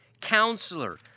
Counselor